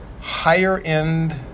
higher-end